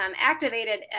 activated